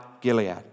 Gilead